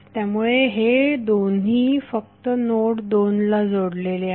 त्यामुळे हे दोन्ही फक्त नोड 2 ला जोडलेले आहेत